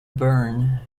bern